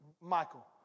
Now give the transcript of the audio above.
Michael